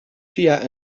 via